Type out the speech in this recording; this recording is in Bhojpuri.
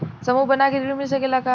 समूह बना के ऋण मिल सकेला का?